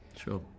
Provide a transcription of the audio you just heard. Sure